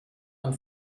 man